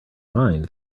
mind